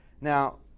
Now